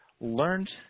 learned